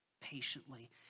patiently